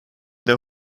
der